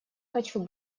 хочу